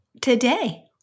Today